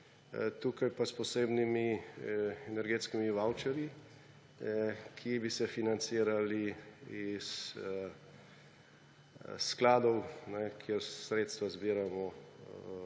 in sicer s posebnimi energetskimi vavčerji, ki bi se financirali iz skladov, kjer sredstva zbiramo